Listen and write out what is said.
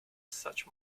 such